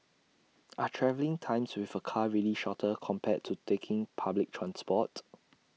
are travelling times with A car really shorter compared to taking public transport